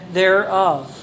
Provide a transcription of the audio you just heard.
thereof